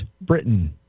Britain